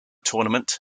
tournament